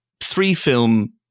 three-film